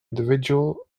individual